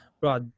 bro